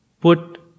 put